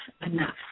enough